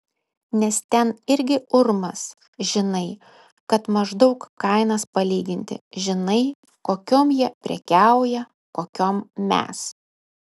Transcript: nes ten irgi urmas žinai kad maždaug kainas palyginti žinai kokiom jie prekiauja kokiom mes